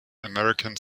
american